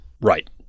Right